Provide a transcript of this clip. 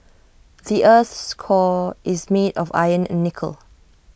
the Earth's core is made of iron and nickel